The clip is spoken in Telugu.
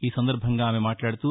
ఈ సందర్బంగా ఆమె మాట్లాడుతూ